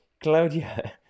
claudia